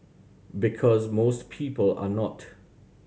because most people are not